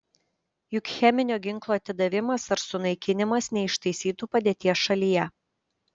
juk cheminio ginklo atidavimas ar sunaikinimas neištaisytų padėties šalyje